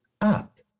up